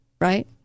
right